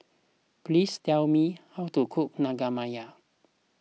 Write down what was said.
please tell me how to cook Naengmyeon